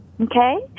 okay